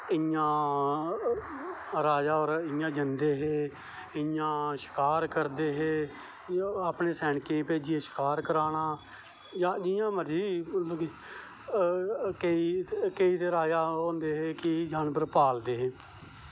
इयां राजा होर इयां जंदे हे इयां शकार करदे हे अपनें सैनकें गी भेजियै शकार करानां जां जियां मर्जी कोेंई ते राजा ओह् होंदे हे कि जानबर पालदे हे